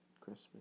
Christmas